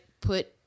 put